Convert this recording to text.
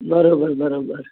बरोबरु बरोबरु